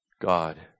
God